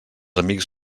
amics